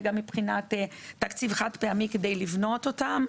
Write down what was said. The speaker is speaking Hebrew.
וגם מבחינת תקציב חד-פעמי כדי לבנות אותם.